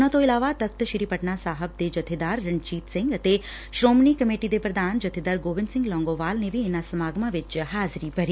ਉਨ੍ਹਾਂ ਤੋਂ ਇਲਾਵਾ ਤਖਤ ਸ੍ਰੀ ਪਟਨਾ ਸਾਹਿਬ ਦੇ ਜਬੇਦਾਰ ਰਣਜੀਤ ਸਿੰਘ ਅਤੇ ਸ੍ਰੋਮਣੀ ਕਮੇਟੀ ਦੇ ਪ੍ਰਧਾਨ ਜਬੇਦਾਰ ਗੋਬਿੰਦ ਸਿੰਘ ਲੋਗੋਵਾਲ ਨੇ ਵੀ ਇਹਨਾਂ ਸਮਾਗਮਾਂ ਵਿਚ ਹਾਜ਼ਰੀ ਭਰੀ